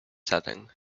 setting